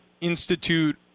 institute